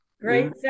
Great